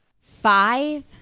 five